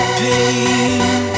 pain